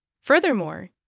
Furthermore